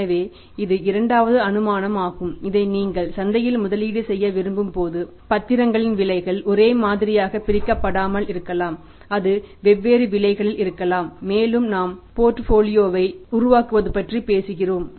எனவே இது இரண்டாவது அனுமானமாகும் இதை நீங்கள் சந்தையில் முதலீடு செய்ய விரும்பும் போது பத்திரங்களின் விலைகள் ஒரே மாதிரியாகப் பிரிக்கப்படாமல் இருக்கலாம் அது வெவ்வேறு விலைகளில் இருக்கலாம் மேலும் நாம் போர்ட்ஃபோலியோ வை உருவாக்குவது பற்றி பேசுகிறோம்